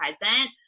present